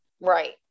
Right